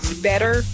better